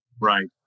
Right